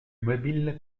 mobile